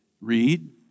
read